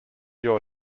your